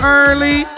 early